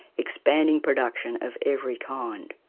expanding production of every kind.